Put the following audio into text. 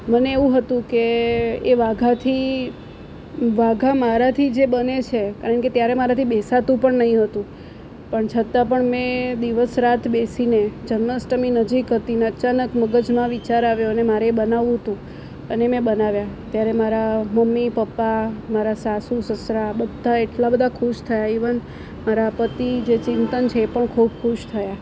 મને એવું હતું કે એ વાગાથી વાગા મારાથી જે બને છે કારણ કે ત્યારે મારાથી બેસાતું પણ નહીં હતું પણ છતાં પણ મેં દિવસ રાત બેસીને જન્માષ્ટમી નજીક હતી ને અચાનક મગજમાં વિચાર આવ્યો ને મારી બનાવવું હતું અને મેં બનાવ્યા ત્યારે મારા મમ્મી પપ્પા સાસુ સસરા બધા એટલા બધા ખુશ થયા ઇવન મારા પતિ જે ચિંતન છે એ પણ ખૂબ ખુશ થયા